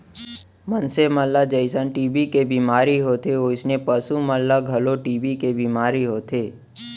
मनसे मन ल जइसन टी.बी के बेमारी होथे वोइसने पसु मन ल घलौ टी.बी के बेमारी होथे